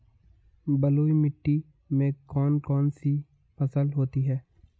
बलुई मिट्टी में कौन कौन सी फसल होती हैं?